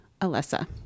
Alessa